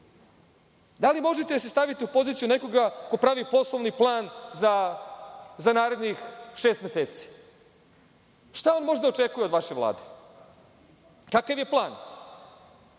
li možete da se stavite u poziciju nekoga ko pravi poslovni plan za narednih šest meseci? Šta on može da očekuje od vaše Vlade? Kakav je plan?